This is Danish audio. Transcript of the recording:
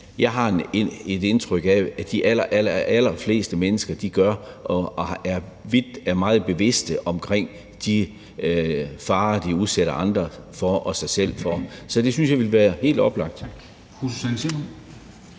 jeg har et indtryk af at de allerallerfleste mennesker gør, som er meget bevidste om de farer, de udsætter andre og sig selv for. Så det synes jeg ville være helt oplagt.